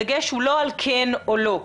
הדגש הוא לא על כן או לא,